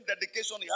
dedication